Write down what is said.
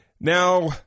Now